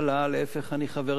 אני חבר נאמן בקואליציה.